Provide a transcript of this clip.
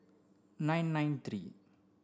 nine nine three